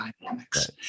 dynamics